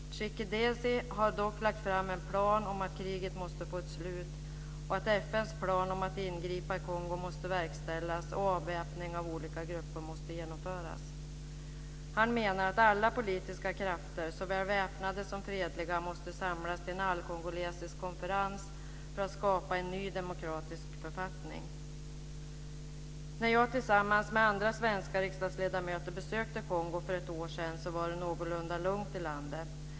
Tshisekedi har dock lagt fram en plan om att kriget måste få ett slut, att FN:s plan för att ingripa i Kongo måste verkställas och att avväpning av olika grupper måste genomföras. Han menar att alla politiska krafter, såväl väpnade som fredliga, måste samlas till en allkongolesisk konferens för att skapa en ny demokratisk författning. När jag tillsammans med andra svenska riksdagsledamöter besökte Kongo för ett år sedan var det någorlunda lugnt i landet.